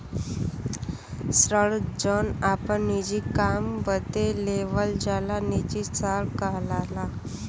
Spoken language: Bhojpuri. ऋण जौन आपन निजी काम बदे लेवल जाला निजी ऋण कहलाला